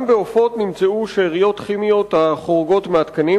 גם בעופות נמצאו שאריות כימיות החורגות מהתקנים,